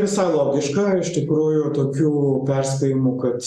visai logiška iš tikrųjų tokių perspėjimų kad